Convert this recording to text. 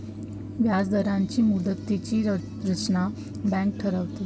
व्याजदरांची मुदतीची रचना बँक ठरवते